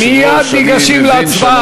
אי-אפשר לנהל את הדיון ככה,